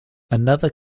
another